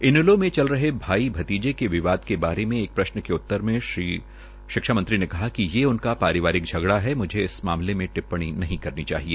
इनेलो में चल रहे चाचा भतीजे के विवाद के बारे में एक के प्रश्न के उत्तर में शिक्षा मंत्री ने कहा कि ये उनका पारिवारिक झगड़ा है म्झे इस मामले में टिप्पणी नहीं करनी चाहिए